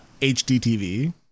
HDTV